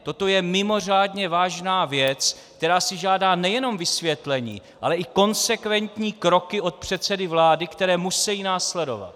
Toto je mimořádně vážná věc, která si žádá nejenom vysvětlení, ale i konsekventní kroky od předsedy vlády, které musejí následovat.